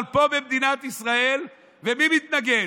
אבל פה, במדינת ישראל, מי מתנגד?